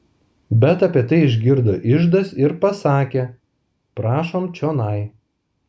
bet apie tai išgirdo iždas ir pasakė prašom čionai